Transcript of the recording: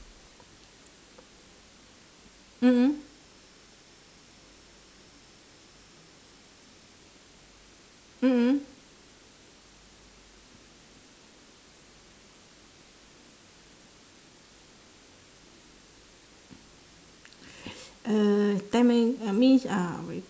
mm mm mm mm uh time uh it means uh